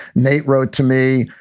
nate wrote to me,